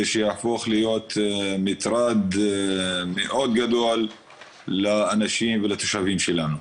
ושיהפוך להיות מטרד מאוד גדול לאנשים ולתושבים שלנו.